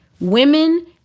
Women